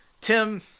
Tim